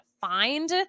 find